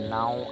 now